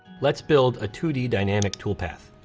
let's build a two d dynamic toolpath.